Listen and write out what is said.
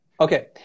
Okay